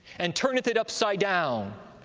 and turneth it upside down,